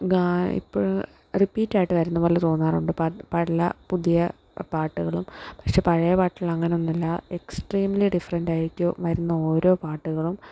ഗാ ഇപ്പോൾ റിപ്പീറ്റായിട്ട് വരുന്ന പോലെ തോന്നാറുണ്ട് പല പുതിയ പാട്ടുകളും പക്ഷേ പഴയ പാട്ടുകളങ്ങനൊന്നുവല്ല എക്സ്ട്രീമിലി ഡിഫറൻറ്റായിരിക്കും വരുന്നോരോ പാട്ടുകളും